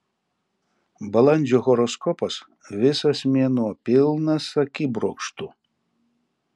balandžio horoskopas visas mėnuo pilnas akibrokštų